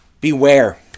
Beware